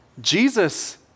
Jesus